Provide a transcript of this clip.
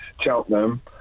Cheltenham